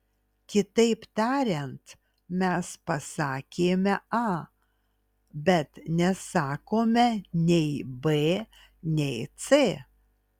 kitaip tariant mes pasakėme a bet nesakome nei b nei c